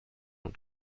und